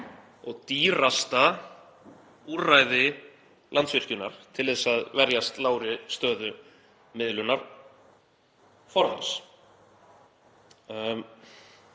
og dýrasta úrræði Landsvirkjunar til að verjast lágri stöðu miðlunarforðans.